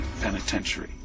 penitentiary